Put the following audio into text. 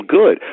good